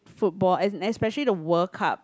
football and especially the World Cup